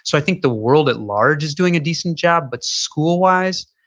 so i think the world at large is doing a decent job but school wise,